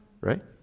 right